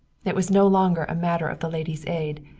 it was no longer a matter of the ladies' aid.